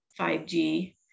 5G